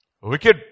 wicked